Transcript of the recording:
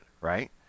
right